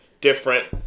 different